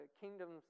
kingdoms